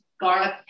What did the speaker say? garlic